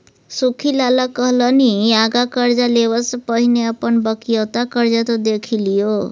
सुख्खी लाला कहलनि आँगा करजा लेबासँ पहिने अपन बकिऔता करजा त देखि लियौ